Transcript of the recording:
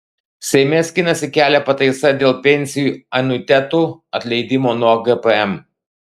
seime skinasi kelią pataisa dėl pensijų anuitetų atleidimo nuo gpm